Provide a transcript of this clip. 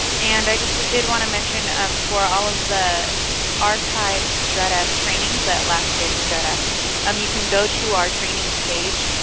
and i just did want to mention um for all of the archived dredf trainings that laac did with dredf um you can go to our trainings page